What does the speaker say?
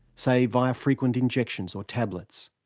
say, via frequent injections or tablets.